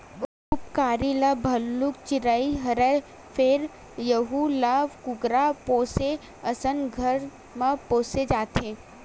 उपकारी ह भलुक चिरई हरय फेर यहूं ल कुकरा पोसे असन घर म पोसे जाथे